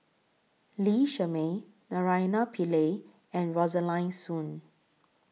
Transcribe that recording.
Lee Shermay Naraina Pillai and Rosaline Soon